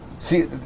See